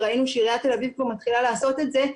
וראינו שעיריית תל אביב פה מתחילה לעשות את זה,